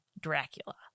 Dracula